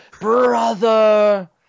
brother